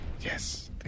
Yes